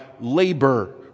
labor